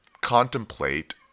contemplate